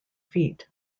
feet